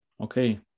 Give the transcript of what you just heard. Okay